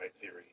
theory